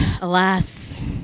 Alas